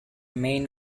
main